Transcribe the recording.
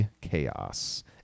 chaos